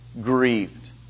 grieved